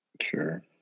sure